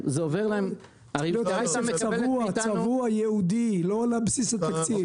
צריך להיות כסף צבוע ייעודי, לא לבסיס התקציב.